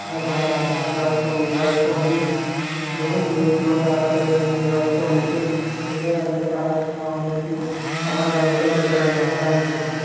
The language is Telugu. ఇంకా దాని తర్వాత విరాట్ కోహ్లీ విరాట్ కోహ్లీ ఇప్పుడు ఇప్పుడు చాలా క్రేజ్ ఉంది విరాట్ కోహ్లీకి క్రికెట్ అంటే చాలా ఇష్టం అందరికీ చాలా ఇష్టం అమ్మాయిలకు కూడా క్రికెట్ అంటే చాలా ఇష్టం